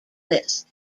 list